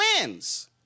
wins